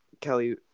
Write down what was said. Kelly